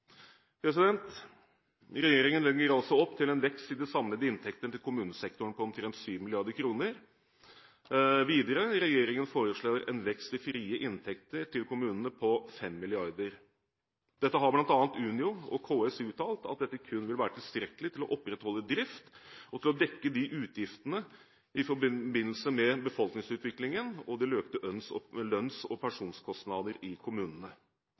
alene. Regjeringen legger altså opp til en vekst i de samlede inntektene til kommunesektoren på omtrent 7 mrd. kr. Videre foreslår regjeringen en vekst i frie inntekter til kommunene på 5 mrd. kr. Dette har bl.a. Unio og KS uttalt at kun vil være tilstrekkelig til å opprettholde drift og til å dekke utgiftene i forbindelse med befolkningsutviklingen og de løpende lønns- og personkostnader i kommunene.